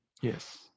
Yes